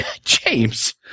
James